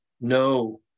No